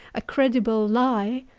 a credible lie,